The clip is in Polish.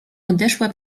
odeszła